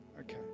okay